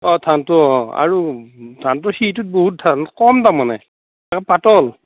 অঁ ধানটো অঁ অঁ আৰু ধানটোৰ সীহটোত বহুত ধান কম তাৰমানে আৰু পাতল